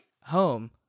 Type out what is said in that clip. home